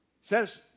says